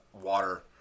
water